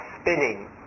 spinning